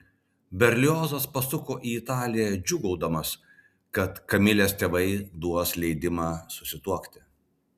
berliozas pasuko į italiją džiūgaudamas kad kamilės tėvai duos leidimą susituokti